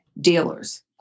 dealers